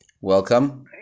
Welcome